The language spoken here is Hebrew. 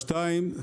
שניים,